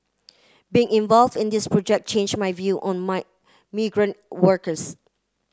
being involved in this project change my view on my migrant workers